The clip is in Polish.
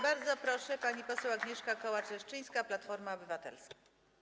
Bardzo proszę, pani poseł Agnieszka Kołacz-Leszczyńska, Platforma Obywatelska.